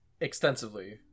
extensively